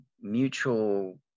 mutual